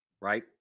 right